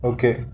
Okay